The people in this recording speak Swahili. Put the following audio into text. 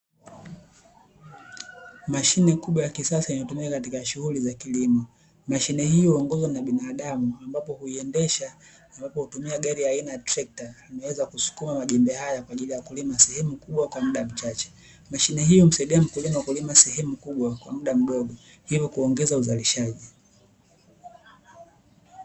Mashine kubwa ya kisasa inatumika katika shughuli za kilimo, mashine hiyo huongozwa na binadamu ambapo huiendesha ambapo hutumia gari ya aina ya trekta ameweza kusukuma majembe haya kwa ajili ya kulima sehemu kubwa kwa muda mchache, mashine hiyo husaidia mkulima kulima sehemu kubwa kwa muda mdogo hivyo kuongeza uzalishaji.